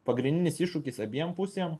pagrindinis iššūkis abiem pusėm